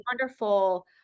wonderful